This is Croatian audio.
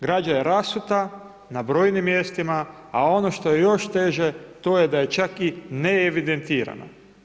Građa je rasuta na brojnim mjestima, a ono što je još teže, to je da je čak i ne evidentirana.